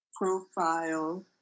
Profile